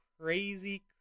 crazy